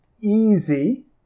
easy